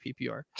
PPR